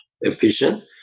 efficient